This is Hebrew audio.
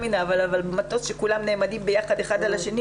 במטוס שכולם נעמדים אחד ליד השני,